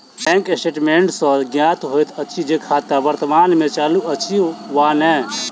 bank statement सॅ ज्ञात होइत अछि जे खाता वर्तमान मे चालू अछि वा नै